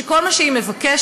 שכל מה שהיא מבקשת,